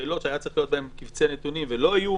שאלות שהיו צריכים להיות בהן קובצי נתונים ולא היו,